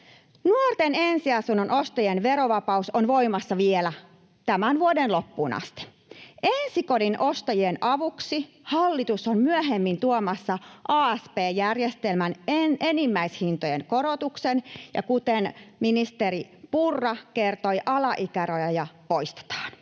Nuorten ensiasunnon ostajien verovapaus on voimassa vielä tämän vuoden loppuun asti. Ensikodin ostajien avuksi hallitus on myöhemmin tuomassa asp-järjestelmän enimmäishintojen korotuksen, ja kuten ministeri Purra kertoi, alaikärajoja poistetaan.